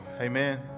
Amen